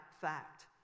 fact